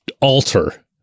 alter